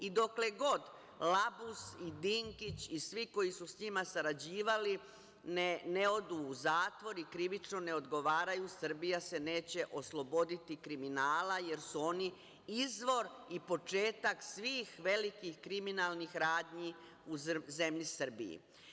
I dokle god Labus i Dinkić i svi koji su sa njima sarađivali ne odu u zatvor i krivično ne odgovaraju, Srbija se neće osloboditi kriminala, jer su oni izvor i početak svih velikih kriminalnih radnji u zemlji Srbiji.